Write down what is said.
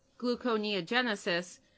gluconeogenesis